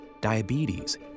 diabetes